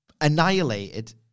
annihilated